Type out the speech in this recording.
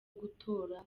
gutora